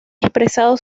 expresado